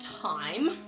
time